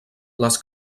les